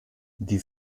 die